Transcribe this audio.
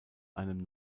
einem